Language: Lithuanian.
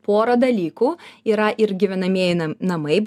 porą dalykų yra ir gyvenamieji namai